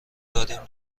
داریم